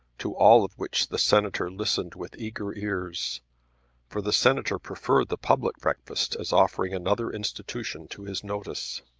to all of which the senator listened with eager ears for the senator preferred the public breakfast as offering another institution to his notice.